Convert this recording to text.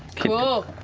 cool.